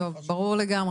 טוב, ברור לגמרי.